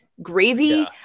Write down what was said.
gravy